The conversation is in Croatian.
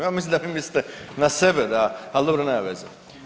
Ja mislim da vi mislite na sebe da, ali dobro nema veze.